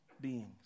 beings